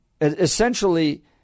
essentially